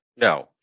no